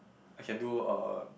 I can do uh